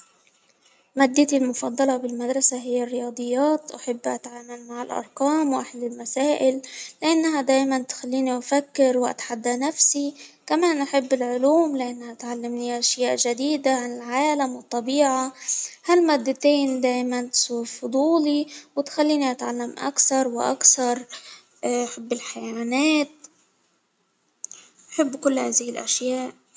مادتي المفضلة بالمدرسة هي الرياضيات، أحب اتعامل مع الأرقام وأحل مسائل، لأنها دايما تخليني أفكر واتحدى نفسي كما نحب العلوم لأنها تعلمني أشياء جديدة عن العالم والطبيعة هالمادتين دايما شوفوا فضولي أتعلم وتخليني أكتر وأكتر بالحيوانات، تخليني أحب كل هذه الأشياء.